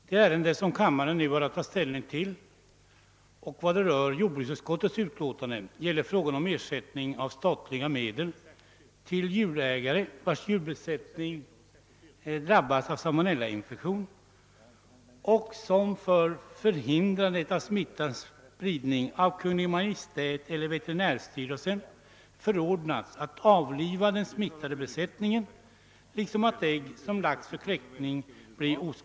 Det ärende som kammarens ledamöter nu har att ta ställning till i vad avser jordbruksutskottets utlåtande gäller frågan om ersättning av statliga medel till djurägare, vilkas djurbesättning drabbats av salmonellainfektion och som för förhindrande av smittospridning av Kungl. Maj:t eller veterinärstyrelsen förordnas att avliva den smittade besättningen och oskadliggöra ägg som lagts för kläckning.